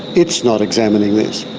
it's not examining this.